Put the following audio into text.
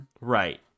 Right